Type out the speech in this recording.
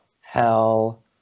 hell